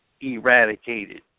Eradicated